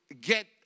get